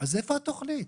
אז איפה התוכנית?